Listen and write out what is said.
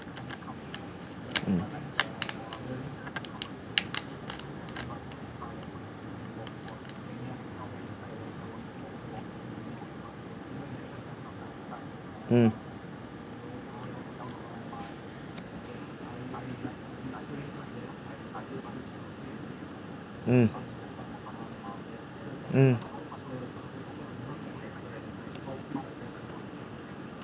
um um um